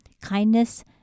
Kindness